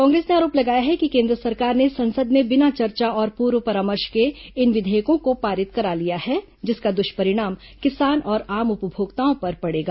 कांग्रेस ने आरोप लगाया है कि केन्द्र सरकार ने संसद में बिना चर्चा और पूर्व परामर्श के इन विधेयकों को पारित करा लिया है जिसका दुष्परिणाम किसान और आम उपमोक्ताओं पर पड़ेगा